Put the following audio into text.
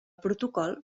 protocol